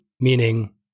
meaning